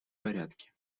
порядке